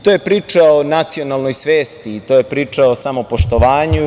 To je priča o nacionalnoj svesti i to je priča o samopoštovanju.